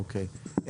אוקי.